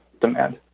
demand